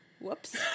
Whoops